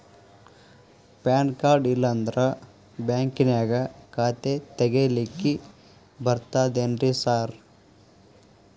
PAN card ಇಲ್ಲಂದ್ರ ಬ್ಯಾಂಕಿನ್ಯಾಗ ಖಾತೆ ತೆಗೆಲಿಕ್ಕಿ ಬರ್ತಾದೇನ್ರಿ ಸಾರ್?